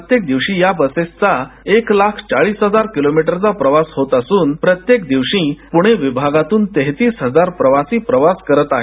प्रत्येक दिवशी या बसेसचा एक लाख चाळीस हजार किलोमीटरचा प्रवास होत असून प्रत्येक दिवशी पुणे विभागातून तेहतीस हजार प्रवासी प्रवास करत आहेत